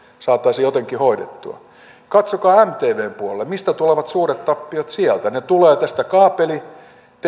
saataisiin jotenkin hoidettua katsokaa mtvn puolelle mistä tulevat suuret tappiot sieltä ne tulevat